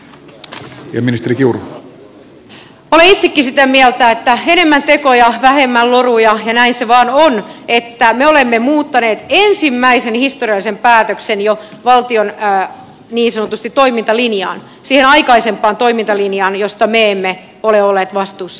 olen itsekin sitä mieltä että enemmän tekoja vähemmän loruja ja näin se vain on että me olemme muuttaneet ensimmäisen historiallisen päätöksen jo valtion niin sanotusti toimintalinjaan siihen aikaisempaan toimintalinjaan josta me emme ole olleet vastuussa